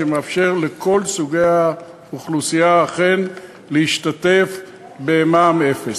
שמאפשר לכל סוגי האוכלוסייה אכן להשתתף בתוכנית מע"מ אפס.